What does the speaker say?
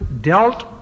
dealt